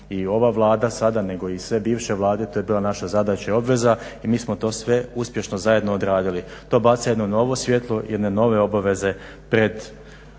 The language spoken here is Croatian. i ova Vlada sada nego i sve bivše Vlade, to je bila naša zadaća i obveza i mi smo to sve uspješno zajedno odradili. To baca jedno novo svjetlo, jedne nove obaveze pred